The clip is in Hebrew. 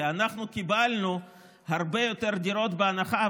כי אנחנו קיבלנו הרבה יותר דירות בהנחה,